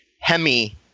Hemi